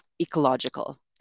ecological